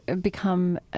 become